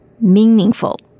meaningful